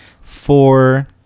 four